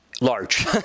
large